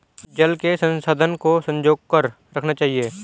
जल के संसाधन को संजो कर रखना चाहिए